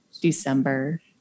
December